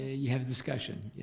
you have discussion, yes?